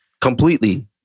Completely